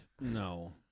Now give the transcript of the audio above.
No